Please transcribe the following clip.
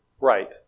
Right